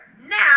Now